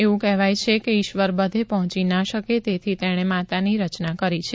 એવું કહેવાય છે કે ઇશ્વર બધે પહોંચી ના શકે તેથી તેણે માતાની રચના કરી છે